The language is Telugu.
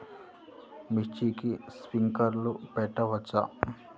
మిర్చికి స్ప్రింక్లర్లు పెట్టవచ్చా?